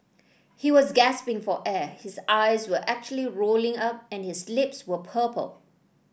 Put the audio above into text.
he was gasping for air his eyes were actually rolling up and his lips were purple